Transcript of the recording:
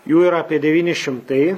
jų yra apie devyni šimtai